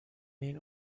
این